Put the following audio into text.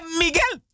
miguel